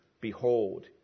Behold